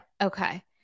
Okay